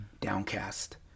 downcast